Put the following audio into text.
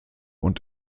und